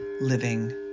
living